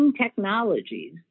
technologies